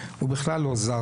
הוא בכלל לא זר.